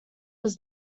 was